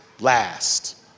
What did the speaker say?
last